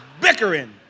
bickering